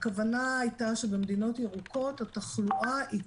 הכוונה הייתה שבמדינות ירוקות התחלואה היא